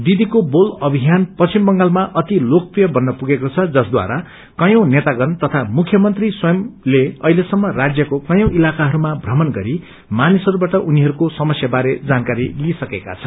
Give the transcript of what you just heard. दिदीको बोल अभियान पश्चिम बंगालमा अति लोकप्रिय बत्र पुगेको छ जसद्वारा कयौ नेतागण तथा मुख्यमन्त्री स्वयंते अहिलेसम्म रान्यको कयौं इलाकाहरूमा भ्रमण गरी मानिसहरूबाट उनीहरूको समस्या बारे जानकारी लिइसकेका छन्